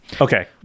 Okay